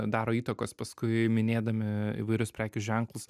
daro įtakos paskui minėdami įvairius prekių ženklus